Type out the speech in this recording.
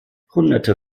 hunderte